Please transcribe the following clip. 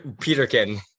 Peterkin